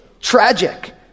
tragic